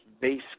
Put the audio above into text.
base